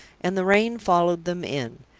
and the rain followed them in.